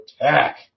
attack